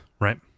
right